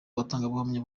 batangabuhamya